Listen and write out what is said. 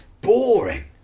boring